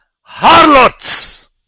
harlots